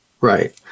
right